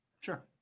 Sure